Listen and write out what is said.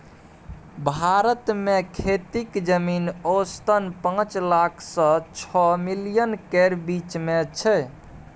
भारत मे खेतीक जमीन औसतन पाँच लाख सँ छअ मिलियन केर बीच मे छै